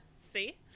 See